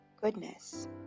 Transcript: goodness